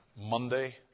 Monday